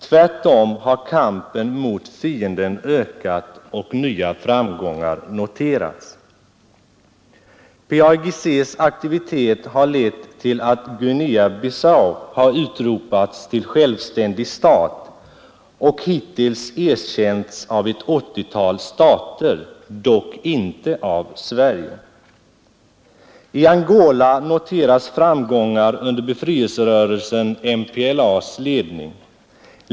Tvärtom har kampen mot fienden ökat och nya framgångar noterats. PAIGC:s aktivitet har lett till att Guinea-Bissau har utropats till självständig stat och hittills erkänts av ett 80-tal stater, dock inte av Sverige. I Angola noteras framgångar under befrielserörelsen MPLA:s ledning.